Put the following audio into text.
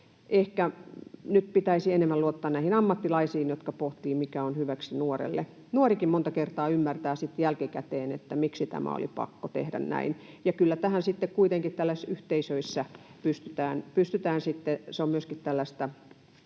Ehkä nyt pitäisi enemmän luottaa näihin ammattilaisiin, jotka pohtivat, mikä on hyväksi nuorelle. Nuorikin monta kertaa ymmärtää sitten jälkikäteen, miksi tämä oli pakko tehdä näin. Ja kyllä tällaisissa yhteisöissä kuitenkin pystytään toimimaan,